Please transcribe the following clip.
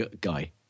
Guy